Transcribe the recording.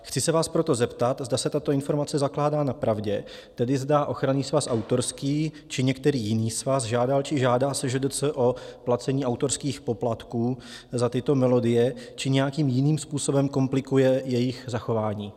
Chci se vás proto zeptat, zda se tato informace zakládá na pravdě, tedy zda Ochranný svaz autorský či některý jiný svaz žádal či žádá SŽDC o placení autorských poplatků za tyto melodie či nějakým jiným způsobem komplikuje jejich zachování.